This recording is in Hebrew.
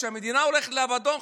כשהמדינה הולכת לאבדון,